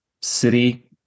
city